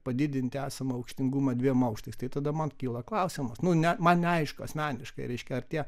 padidinti esamą aukštingumą dviem aukštais tai tada man kyla klausimas nu ne man neaišku asmeniškai reiškia ar tie